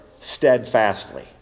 steadfastly